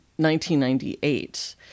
1998